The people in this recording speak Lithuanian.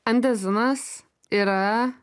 andezinas yra